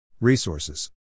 Resources